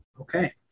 Okay